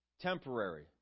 Temporary